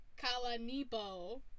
Kalanibo